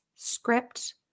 Script